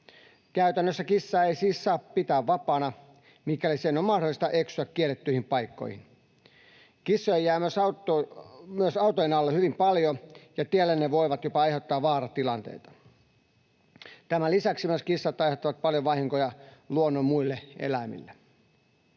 Käytännössä kissaa ei siis saa pitää vapaana, mikäli sen on mahdollista eksyä kiellettyihin paikkoihin. Kissoja jää myös autojen alle hyvin paljon, ja tiellä ne voivat jopa aiheuttaa vaaratilanteita. Tämän lisäksi kissat myös aiheuttavat paljon vahinkoja luonnon muille eläimille.